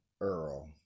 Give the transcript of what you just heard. Earl